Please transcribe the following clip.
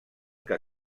que